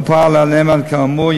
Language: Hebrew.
לא פעל הנאמן כאמור,